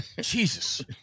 Jesus